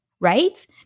right